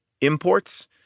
imports